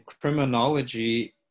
criminology